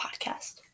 podcast